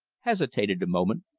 hesitated a moment,